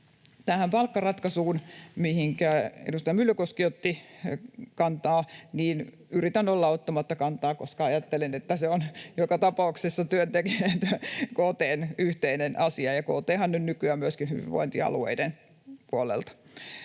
Tähän palkkaratkaisuun, mihinkä edustaja Myllykoski otti kantaa, yritän olla ottamatta kantaa, koska ajattelen, että se on joka tapauksessa työntekijöiden ja KT:n yhteinen asia, ja KT:hän on nykyään myöskin hyvinvointialueiden puolella.